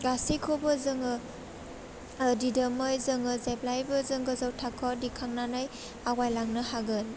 गासैखौबो जोङो ओह दिदोमै जोङो जेब्लायबो जों गोजौ थाखोआव दिखांनानै आवगायलांनो हागोन